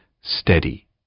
steady